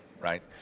right